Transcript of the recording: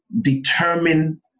determine